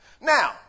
Now